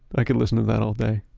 i could listen to that all day.